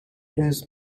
has